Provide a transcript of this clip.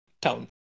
town